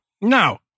No